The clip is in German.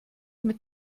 mit